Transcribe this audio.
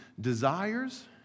desires